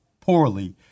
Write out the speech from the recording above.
poorly